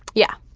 yeah.